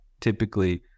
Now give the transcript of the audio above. typically